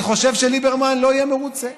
אני חושב שליברמן לא יהיה מרוצה.